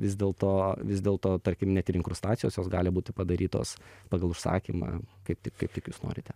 vis dėlto vis dėlto tarkim net ir inkrustacijos jos gali būti padarytos pagal užsakymą kaip tik kaip tik jūs norite